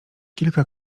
kilka